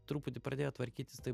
truputį pradėjo tvarkytis tai